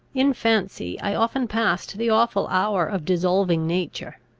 in fancy i often passed the awful hour of dissolving nature.